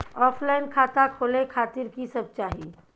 Offline खाता खोले खातिर की सब चाही?